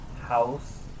house